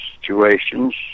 situations